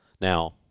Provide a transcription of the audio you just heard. Now